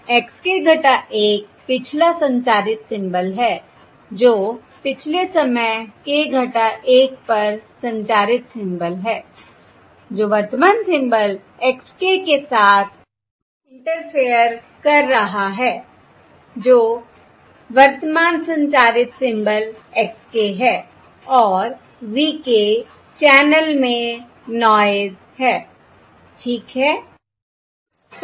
x k 1 पिछला संचारित symbol है जो पिछले समय k 1 पर संचारित सिंबल है जो वर्तमान सिंबल x k के साथ इंटरफेयर कर रहा है जो वर्तमान संचारित सिंबल x k है और v k चैनल में नॉयस है ठीक है